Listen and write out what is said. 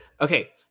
Okay